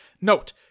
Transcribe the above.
Note